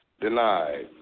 denied